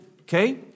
Okay